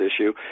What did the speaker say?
issue